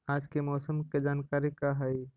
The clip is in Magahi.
आज मौसम के जानकारी का हई?